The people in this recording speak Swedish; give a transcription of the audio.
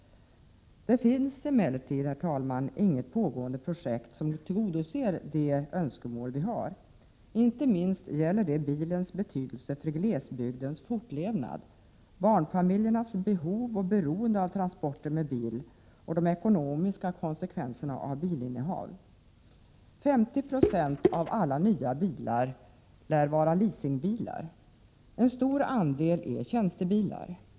Det finns emellertid inget pågående projekt som tillgodoser de önskemål som vi har — inte minst beträffande bilens betydelse för glesbygdens fortlevnad, barnfamiljernas behov och beroende av transporter med bil och de ekonomiska konsekvenserna av bilinnehav. 50 90 av alla nya bilar lär vara leasingbilar. En stor andel är tjänstebilar.